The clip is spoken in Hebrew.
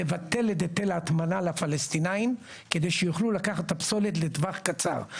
לבטל את היטל ההטמנה לפלסטינים כדי שיוכלו לקחת את הפסולת לטווח קצר.